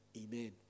Amen